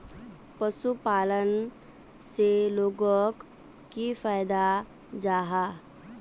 पशुपालन से लोगोक की फायदा जाहा?